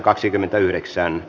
asia